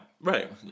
Right